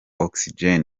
oxygen